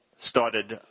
started